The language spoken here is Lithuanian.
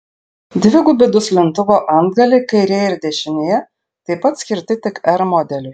dvigubi duslintuvo antgaliai kairėje ir dešinėje taip pat skirti tik r modeliui